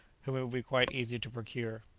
whom it would be quite easy to procure.